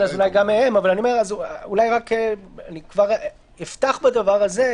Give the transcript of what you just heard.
אני כבר אפתח בדבר הזה,